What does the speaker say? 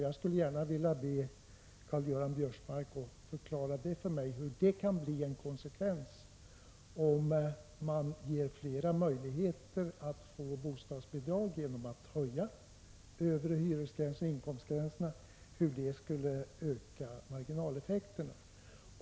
Jag skulle gärna vilja be Karl-Göran Biörsmark att förklara för mig hur konsekvensen kan bli ökade marginaleffekter, om man ger fler människor möjligheter att få bostadsbidrag genom att höja övre hyresoch inkomstgränserna.